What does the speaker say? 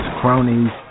cronies